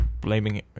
blaming